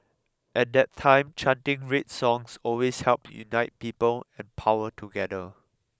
at that time chanting red songs always helped unite people and power together